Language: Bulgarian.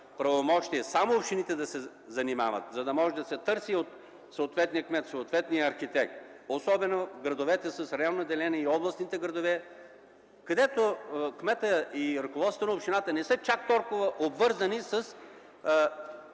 правомощия. Само общините да се занимават, за да може да се търси от съответния кмет, от съответния архитект, особено градовете с районно деление и областните градове, където кметът и ръководството на общината не са чак толкова обвързани с